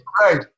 Right